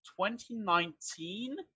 2019